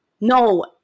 no